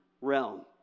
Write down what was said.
realm